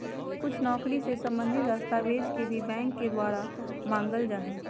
कुछ नौकरी से सम्बन्धित दस्तावेजों के भी बैंक के द्वारा मांगल जा हई